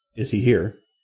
is he here?